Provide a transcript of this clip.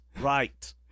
right